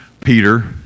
Peter